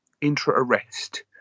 intra-arrest